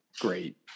great